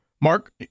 Mark